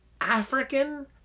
African